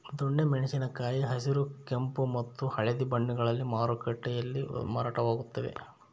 ದೊಣ್ಣೆ ಮೆಣಸಿನ ಕಾಯಿ ಹಸಿರು ಕೆಂಪು ಮತ್ತು ಹಳದಿ ಬಣ್ಣಗಳಲ್ಲಿ ಮಾರುಕಟ್ಟೆಯಲ್ಲಿ ಮಾರಾಟವಾಗುತ್ತವೆ